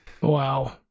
Wow